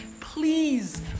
please